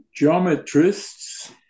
geometrists